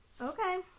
Okay